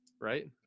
right